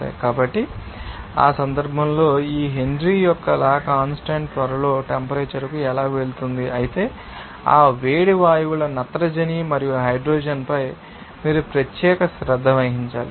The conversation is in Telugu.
కాబట్టి ఆ సందర్భంలో ఈ హెన్రీ యొక్క లా కాన్స్టాంట్ త్వరలో టెంపరేచర్ కు ఎలా వెళుతుంది అయితే ఆ వేడి వాయువుల నత్రజని మరియు హైడ్రోజన్పై మీరు ప్రత్యేక శ్రద్ధ వహించాలి